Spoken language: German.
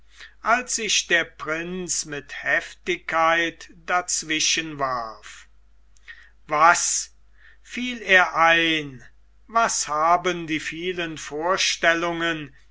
als sich der prinz mit heftigkeit dazwischen warf was fiel er ein was haben die vielen vorstellungen